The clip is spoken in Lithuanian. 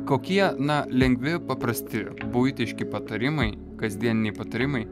kokie na lengvi paprasti buitiški patarimai kasdieniai patarimai